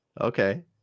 Okay